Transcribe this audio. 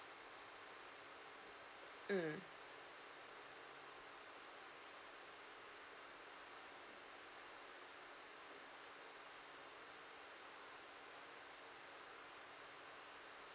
mm